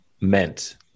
meant